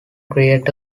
create